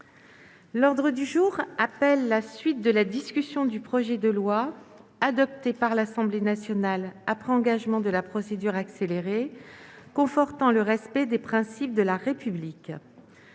L'ordre du jour appelle la suite de la discussion du projet de loi, adopté par l'Assemblée nationale après engagement de la procédure accélérée, confortant le respect des principes de la République